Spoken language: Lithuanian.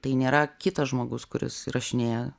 tai nėra kitas žmogus kuris įrašinėja